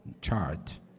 chart